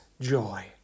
joy